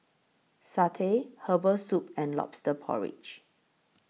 Satay Herbal Soup and Lobster Porridge